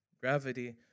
gravity